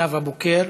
נאוה בוקר,